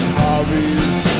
hobbies